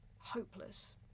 hopeless